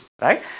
right